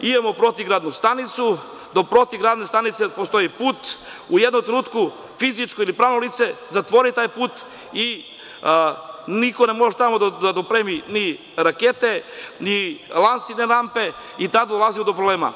Imamo protivgradnu stanicu, do protivgradne stanice postoji put, u jednom trenutku fizičko ili pravno lice zatvori taj put i niko ne može do tamo da dopremi ni rakete, ni lansirne rampe i tada dolazi do problema.